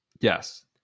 Yes